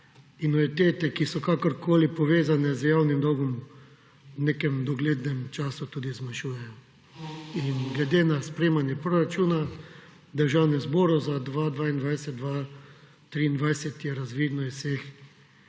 anuitete, ki so kakorkoli povezane z javnim dolgom v nekem doglednem času tudi zmanjšujejo. Glede na sprejemanje proračuna Državnemu zboru za 2022, 2023 je razvidno iz vseh